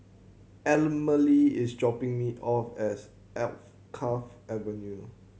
Emily is dropping me off as Alkaff Avenue